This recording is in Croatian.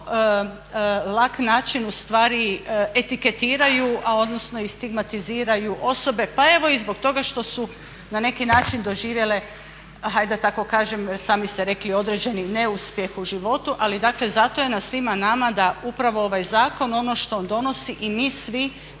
vrlo lak način u stvari etiketiraju, a odnosno i stigmatiziraju osobe, pa evo i zbog toga što su na neki način doživjele, hajde da tako kažem sami ste rekli određeni neuspjeh u životu. Ali dakle, zato je na svima nama da upravo ovaj zakon ono što on donosi i mi svi